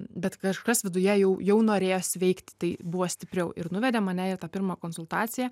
bet kažkas viduje jau jau norėjo sveikti tai buvo stipriau ir nuvedė mane į tą pirmą konsultaciją